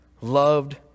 loved